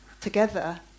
together